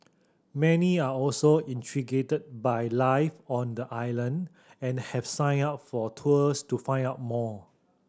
many are also intrigued by life on the island and have signed up for tours to find out more